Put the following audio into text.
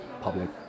public